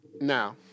Now